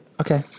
Okay